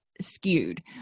skewed